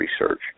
research